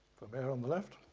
vermeer on the left,